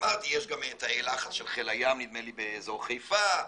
אמרתי, יש גם תאי לחץ, של חיל הים באזור חיפה,